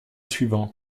suivant